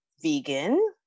vegan